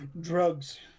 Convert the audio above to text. Drugs